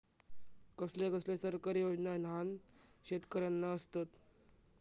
कसले कसले सरकारी योजना न्हान शेतकऱ्यांना आसत?